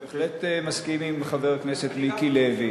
אני בהחלט מסכים עם חבר הכנסת מיקי לוי.